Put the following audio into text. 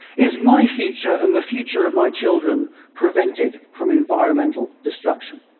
is my future and the future of my children prevented from environmental destruction?